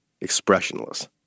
expressionless